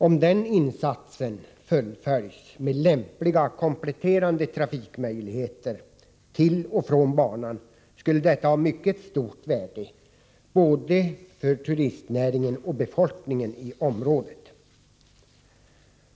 Om den insatsen fullföljs med lämpliga kompletterande trafikmöjligheter till och från banan, skulle detta ha mycket stort värde både för turistnäringen och för befolkningen i området.